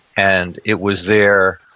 and it was there,